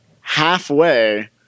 halfway